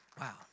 Wow